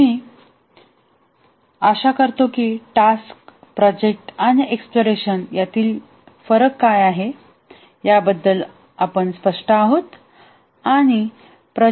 आता मी आशा करतो की टास्क प्रोजेक्ट आणि एक्सप्लोरेशन यातील फरक काय आहे याबद्दल आपण स्पष्ट आहोत